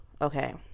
Okay